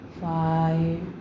five